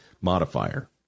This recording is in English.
modifier